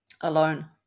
alone